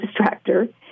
Distractor